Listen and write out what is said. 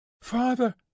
Father